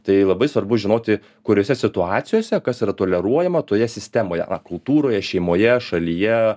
tai labai svarbu žinoti kuriose situacijose kas yra toleruojama toje sistemoje kultūroje šeimoje šalyje